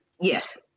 Yes